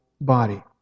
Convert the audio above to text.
body